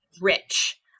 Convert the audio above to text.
rich